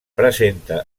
presenta